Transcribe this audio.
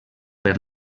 per